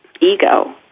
ego